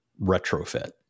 retrofit